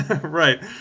right